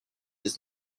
does